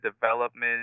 development